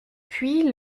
puis